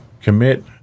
commit